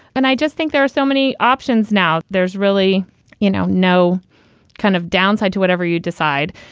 and i just think there are so many options now. there's really you know no kind of downside to whatever you decide.